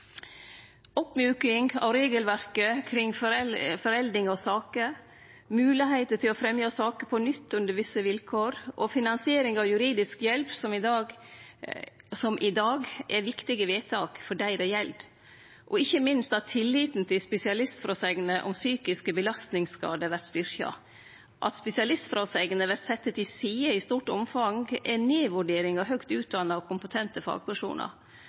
Oppmjuking av regelverket kring forelding av saker, moglegheit til å fremje saker på nytt under visse vilkår og finansiering av juridisk hjelp, som i dag, er viktige vedtak for dei det gjeld, og ikkje minst at tilliten til spesialistfråsegner om psykiske belastningsskader vert styrkt. At spesialistfråsegner vert sette til side i stort omfang, er nedvurdering av høgt utdanna og kompetente fagpersonar.